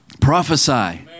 Prophesy